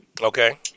Okay